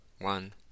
one